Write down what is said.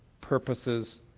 purposes